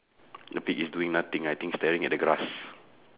the pig is doing nothing I think staring at the grass